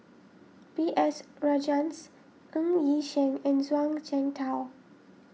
B S Rajhans Ng Yi Sheng and Zhuang Shengtao